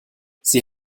sie